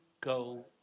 go